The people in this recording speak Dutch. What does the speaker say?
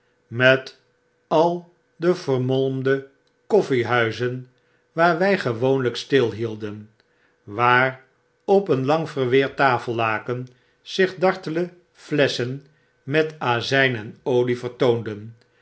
met al de vermolmde koffiehuizen waar wy gewoonlyk stilhielden waar op een lang verweerd tafellaken zich dartele flesschen met azgn en olie vertoonden